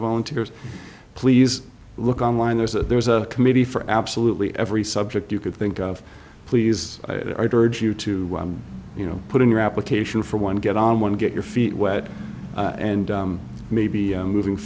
volunteers please look online there's a there's a committee for absolutely every subject you could think of please you to you know put in your application for one get on one get your feet wet and maybe moving